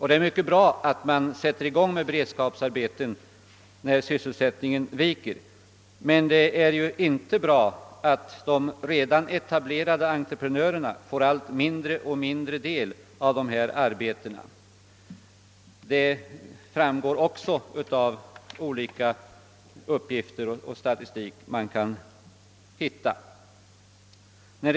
Det är mycket bra att man sätter i gång med beredskapsarbeten när sysselsättningen viker, men det är inte bra att de redan etablerade entreprenörerna får = allt mindre del av sådana arbeten. Det framgår också av olika uppgifter och statistik som finns tillgängliga.